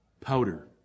powder